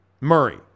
Murray